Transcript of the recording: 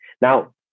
Now